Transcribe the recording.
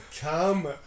come